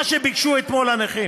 מה שביקשו אתמול הנכים.